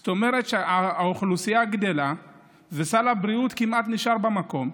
זאת אומרת שהאוכלוסייה גדלה וסל הבריאות כמעט נשאר במקום.